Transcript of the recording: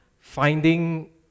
finding